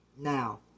Now